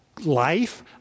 life